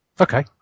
Okay